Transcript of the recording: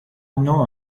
know